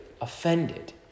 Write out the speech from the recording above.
offended